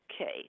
Okay